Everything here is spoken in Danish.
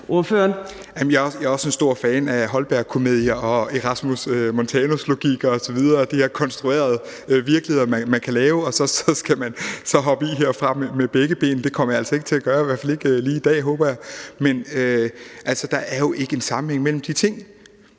Jeg er også en stor fan af Holbergkomedier og Erasmus Montanus-logik osv. med de her konstruerede virkeligheder, man kan lave, og så skal jeg så hoppe i herfra med begge ben. Det kommer jeg altså ikke til at gøre, i hvert fald ikke lige i dag, håber jeg. Altså, der er jo ikke en sammenhæng mellem de ting.